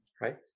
right